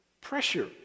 pressure